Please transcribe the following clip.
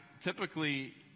typically